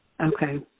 Okay